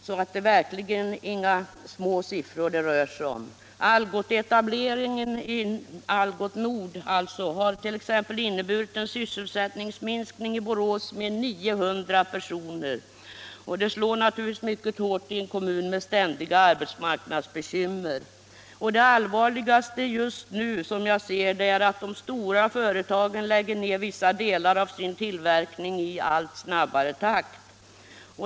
Det rör sig verklingen inte om några små siffror. Algots Nord-etableringen har t.ex. inneburit en sysselsättningsminskning i Borås med 900 personer, och det slår naturligtvis mycket hårt i en kommun med ständiga arbetsmarknadsbekymmer. Det allvarligaste just nu är att de stora företagen lägger ned vissa delar av sin tillverkning i allt snabbare takt.